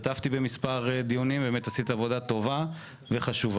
השתתפתי במספר דיונים ובאמת עשית עבודה טובה וחשובה.